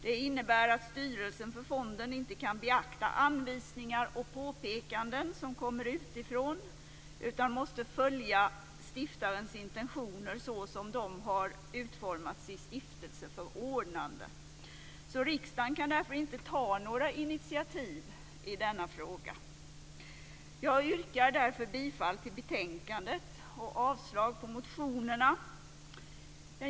Det innebär att styrelsen för fonden inte kan beakta anvisningar och påpekanden som kommer utifrån utan måste följa stiftarens intentioner såsom de har utformats i stiftelseförordnanden. Riksdagen kan därför inte ta några initiativ i denna fråga. Jag yrkar därför bifall till utskottets hemställan i betänkandet och avslag på motionerna.